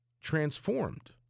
transformed